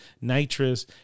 nitrous